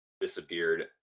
disappeared